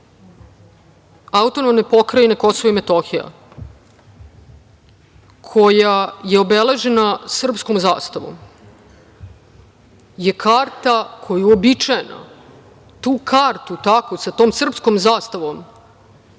u ovom domu. Karta AP Kosova i Metohije koja je obeležena srpskom zastavom je karta koja je uobičajena. Tu kartu, takvu sa tom srpskom zastavom